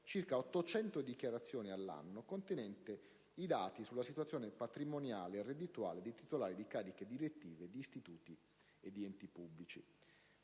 circa 800 dichiarazioni l'anno contenenti i dati sulla situazione patrimoniale e reddituale di chi ricopre cariche direttive di istituti ed enti pubblici;